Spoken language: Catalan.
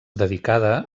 dedicada